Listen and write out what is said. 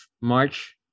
March